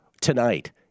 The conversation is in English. tonight